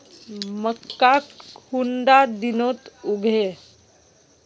मक्का कुंडा दिनोत उगैहे?